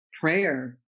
prayer